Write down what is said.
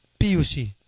PUC